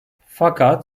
fakat